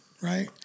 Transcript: right